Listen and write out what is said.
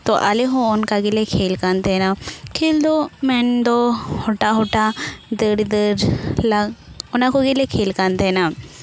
ᱛᱚ ᱟᱞᱮ ᱦᱚᱸ ᱚᱱᱠᱟ ᱜᱮᱞᱮ ᱠᱷᱮᱞ ᱠᱟᱱ ᱛᱟᱦᱮᱱᱟ ᱠᱷᱮᱞ ᱫᱚ ᱢᱮᱱ ᱫᱚ ᱦᱳᱴᱟ ᱦᱳᱴᱟ ᱫᱟᱹᱲ ᱫᱟᱹᱲ ᱚᱱᱟ ᱠᱚᱜᱮᱞᱮ ᱠᱷᱮᱞ ᱠᱟᱱ ᱛᱟᱦᱮᱱᱟ